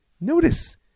Notice